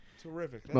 Terrific